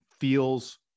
feels